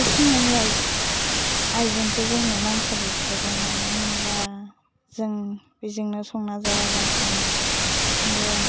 इसिं न'नि आइजें आइजेंखौ जोंनो नांखाजोबखागौ मानो होनबा जों बिजोंनो संना जायाबा थां